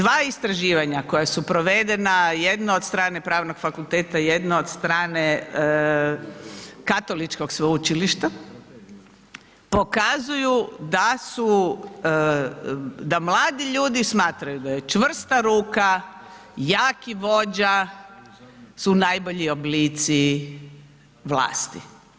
Dva istraživanja koja su provedena, jedno od strane Pravnog fakulteta, jedno od strane Katoličkog sveučilišta, pokazuju da su, da mladi ljudi smatraju da je čvrsta ruka i jaki vođa su najbolji oblici vlasti.